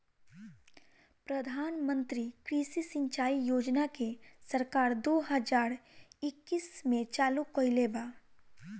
प्रधानमंत्री कृषि सिंचाई योजना के सरकार दो हज़ार इक्कीस में चालु कईले बा